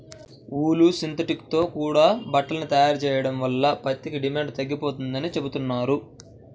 ఊలు, synthetic తో కూడా బట్టని తయారు చెయ్యడం వల్ల పత్తికి డిమాండు తగ్గిపోతందని చెబుతున్నారు